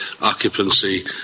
occupancy